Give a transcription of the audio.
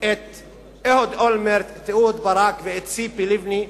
את אהוד אולמרט, את אהוד ברק ואת ציפי לבני.